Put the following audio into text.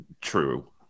True